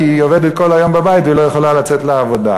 כי היא עובדת כל היום בבית והיא לא יכולה לצאת לעבודה.